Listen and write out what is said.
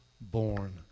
born